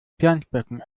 planschbecken